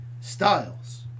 Styles